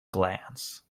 glance